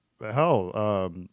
hell